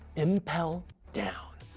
impel down,